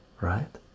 right